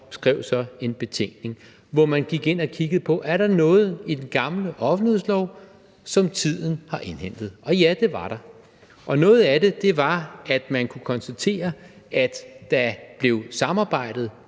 skrev en betænkning, hvor man gik ind og kiggede på, om der var noget i den gamle offentlighedslov, som tiden havde indhentet. Og ja, det var der. Noget af det var, at man kunne konstatere, at der blev samarbejdet